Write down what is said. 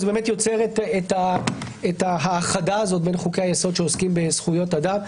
וזה באמת יוצר את האחדה הזאת בין חוקי-היסוד שעוסקים בזכויות אדם,